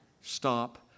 stop